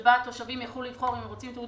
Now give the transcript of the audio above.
שבה התושבים יכלו לבחור אם הם רוצים תיעוד